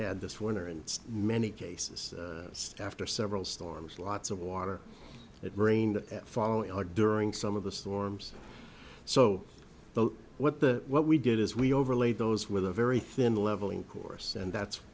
had this winter and many cases stay after several storms lots of water it rained at following our during some of the storms so what that what we did is we overlaid those with a very thin leveling course and that's